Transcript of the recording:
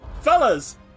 fellas